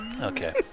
Okay